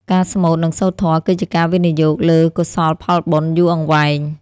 ការស្មូត និងសូត្រធម៌គឺជាការវិនិយោគលើកុសលផលបុណ្យយូរអង្វែង។